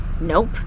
Nope